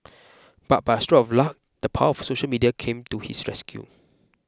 but by a stroke of luck the power of social media came to his rescue